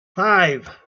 five